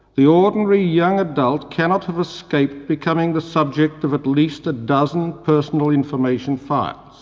the ordinary young adult cannot have escaped becoming the subject of at least a dozen personal information files.